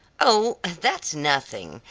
oh, that's nothing!